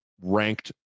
ranked